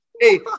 Hey